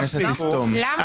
מכניסים אותם?